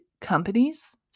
companies